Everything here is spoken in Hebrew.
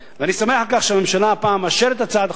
ואני שמח על כך שהממשלה הפעם מאשרת את הצעת החוק.